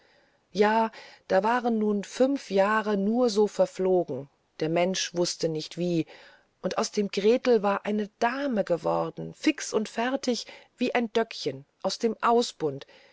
ja da waren nun fünf jahre nur so verflogen der mensch wußte nicht wie und aus dem gretel war eine dame geworden fix und fertig wie ein döckchen aus dem ausbund